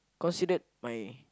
considered my